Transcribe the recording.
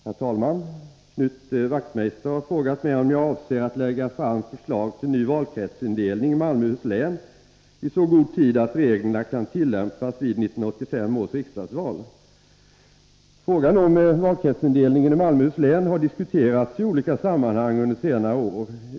Herr talman! Knut Wachtmeister har frågat mig om jag avser att lägga fram ett förslag till ny valkretsindelning i Malmöhus län i så god tid att reglerna kan tillämpas vid 1985 års riksdagsval. Frågan om valkretsindelningen i Malmöhus län har diskuterats i olika sammanhang under senare år.